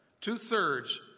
two-thirds